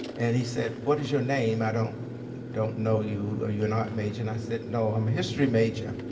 and he said, what is your name? i don't don't know you. are you an art major? and i said, no, i'm a history major.